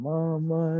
Mama